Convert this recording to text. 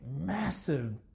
massive